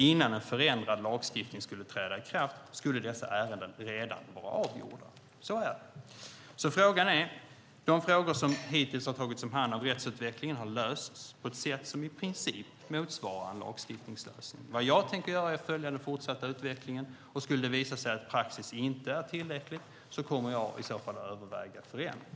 Innan en förändrad lagstiftning skulle träda i kraft skulle dessa ärenden redan vara avgjorda. Så är det. De frågor som hittills har tagits om hand av rättsutvecklingen har lösts på ett sätt som i princip motsvarar en lagstiftningslösning. Det jag tänker göra är att följa den fortsatta utvecklingen. Skulle det visa sig att praxis inte är tillräckligt kommer jag i så fall att överväga en förändring.